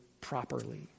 properly